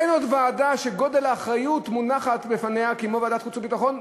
אין עוד ועדה שגודל האחריות המונחת בפניה הוא כמו בוועדת החוץ והביטחון,